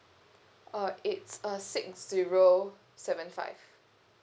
uh it's uh six zero seven five